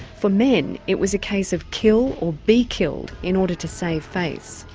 for men it was a case of kill or be killed in order to save face.